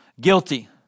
Guilty